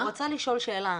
אני רוצה לשאול שאלה.